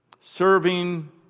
Serving